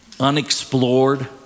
Unexplored